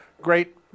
great